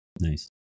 nice